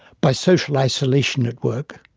by social isolation at work,